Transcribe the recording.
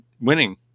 winning